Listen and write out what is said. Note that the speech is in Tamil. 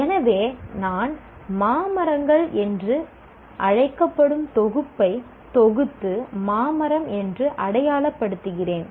எனவே நான் மா மரங்கள் என்று அழைக்கப்படும் தொகுப்பை தொகுத்து மா மரம் என்று அடையாள படுத்துகிறேன்